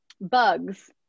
bugs